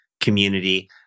community